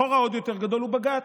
החור העוד-יותר גדול הוא בג"ץ.